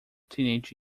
teenage